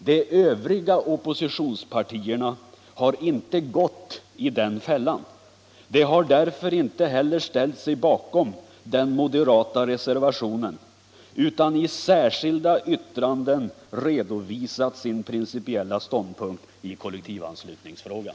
De övriga oppositionspartierna har inte gått i den fällan. De har därför inte heller ställt sig bakom den moderata reservationen utan i särskilda yttranden redovisat sin principiella ståndpunkt i kollektivanslutningsfrågan.